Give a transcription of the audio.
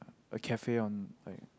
a cafe on like